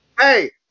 Hey